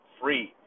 free